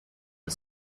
the